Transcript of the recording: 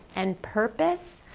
and purpose.